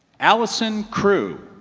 allison crew